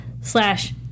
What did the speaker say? slash